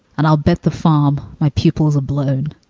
and i'll bet the farm my pupils are blown